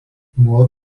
nuo